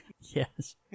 Yes